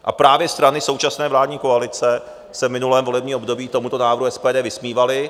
A právě strany současné vládní koalice se v minulém volebním období tomuto návrhu SPD vysmívaly.